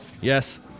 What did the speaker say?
Yes